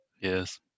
Yes